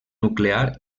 nuclear